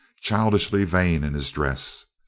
childishly vain in his dress.